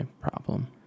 problem